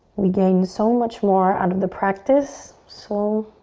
we gain so much more out of the practice so